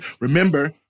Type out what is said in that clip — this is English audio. Remember